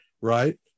right